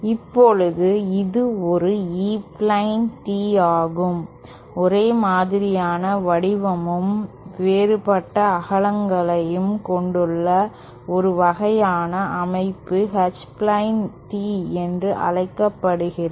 இப்போது இது ஒரு E பிளேன் Tee ஆகும் ஒரே மாதிரியான வடிவமும் வேறுபட்ட அகலங்களை கொண்டுள்ள ஒரு வகையான அமைப்பு H பிளேன் Tee என்று அழைக்கப்படுகின்றன